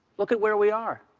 look at where we are.